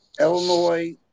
Illinois